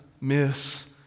miss